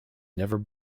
never